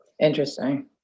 Interesting